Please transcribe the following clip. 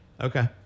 Okay